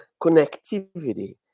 connectivity